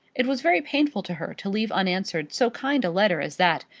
it was very painful to her to leave unanswered so kind a letter as that,